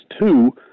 two